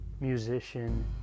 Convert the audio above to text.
musician